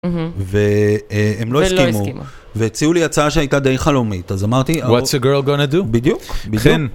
והם לא הסכימו, והציעו לי הצעה שהייתה די חלומית, אז אמרתי... What's a girl gonna do? בדיוק, בדיוק.